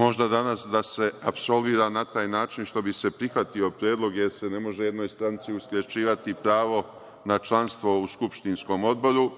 možda danas da se apsolvira na taj način što bi se prihvatio predlog jer se ne može jednoj stranci uskraćivati pravo na članstvo u skupštinskom odboru